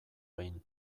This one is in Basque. behin